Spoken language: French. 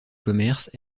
commerce